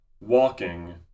walking